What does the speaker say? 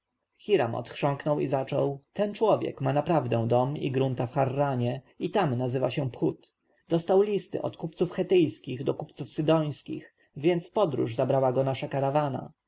hiram odchrząknął i zaczął ten człowiek ma naprawdę dom i grunta w harranie i tam nazywa się phut dostał listy od kupców chetyjskich do kupców sydońskich więc w podróż zabrała go nasza karawana